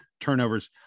turnovers